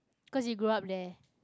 cause you grew up there